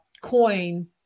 coin